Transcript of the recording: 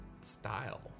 style